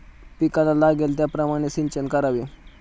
पिकाला लागेल त्याप्रमाणे सिंचन करावे